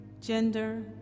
gender